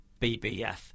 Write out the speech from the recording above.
BBF